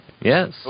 Yes